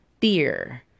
fear